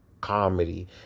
comedy